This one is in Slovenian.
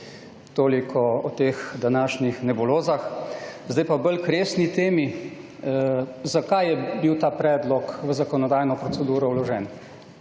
Toliko o teh današnjih nebulozah. Zdaj pa k bolj resni temi, zakaj je bil ta predlog v zakonodajno proceduro vložen.